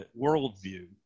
worldview